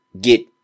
get